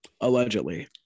Allegedly